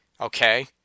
okay